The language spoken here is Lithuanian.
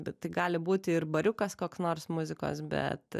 bet tai gali būti ir bariukas koks nors muzikos bet